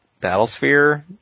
Battlesphere